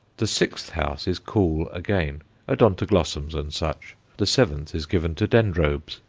the sixth house is cool again odontoglossums and such the seventh is given to dendrobes.